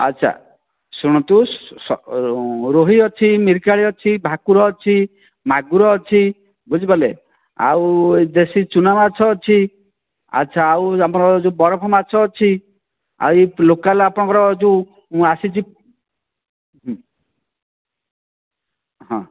ଆଚ୍ଛା ଶୁଣନ୍ତୁ ରୋହି ଅଛି ମିରିକାଳୀ ଅଛି ଭାକୁର ଅଛି ମାଗୁର ଅଛି ବୁଝିପାରିଲେ ଆଉ ଏ ଦେଶୀ ଚୁନା ମାଛ ଅଛି ଆଚ୍ଛା ଆଉ ଆମର ଯେଉଁ ବରଫ ମାଛ ଅଛି ଆଉ ଏ ଲୋକାଲ ଆପଣଙ୍କର ଯେଉଁ ଆସିଛି ହୁଁ ହଁ